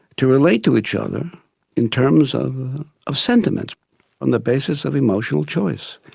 to relate to each other in terms um of sentiment on the basis of emotional choice,